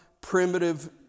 primitive